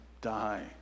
die